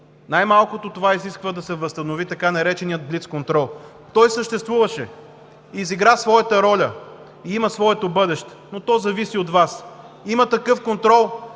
Най-малкото това изисква да се възстанови така нареченият блицконтрол. Той съществуваше, изигра своята роля и има своето бъдеще, но то зависи от Вас. Има такъв контрол